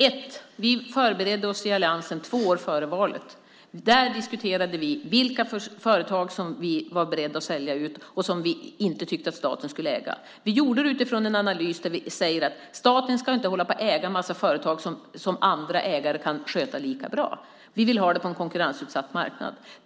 Först förberedde vi oss i alliansen två år före valet. Där diskuterade vi vilka företag som vi var beredda att sälja ut och som vi inte tyckte att staten skulle äga. Vi gjorde det utifrån en analys där vi säger att staten inte ska äga en massa företag som andra ägare kan sköta lika bra och att vi vill ha det på en konkurrensutsatt marknad.